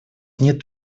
нет